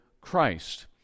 Christ